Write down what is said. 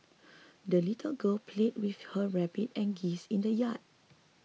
the little girl played with her rabbit and geese in the yard